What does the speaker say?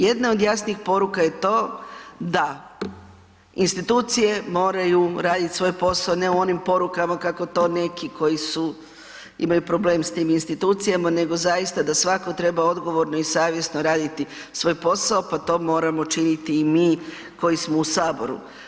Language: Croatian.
Jedna od jasnih poruka je to da institucije moraju raditi svoj posao ne u onim porukama kako to neki koji imaju problem s tim institucijama, nego zaista da svatko treba odgovorno i savjesno raditi svoj posao, pa to moramo činiti i mi koji smo u Saboru.